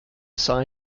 psi